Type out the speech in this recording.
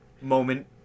moment